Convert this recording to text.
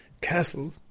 careful